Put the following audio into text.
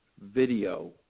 video